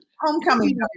homecoming